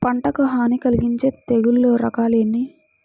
పంటకు హాని కలిగించే తెగుళ్ళ రకాలు ఎన్ని?